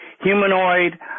humanoid